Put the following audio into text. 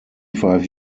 five